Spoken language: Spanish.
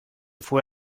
fue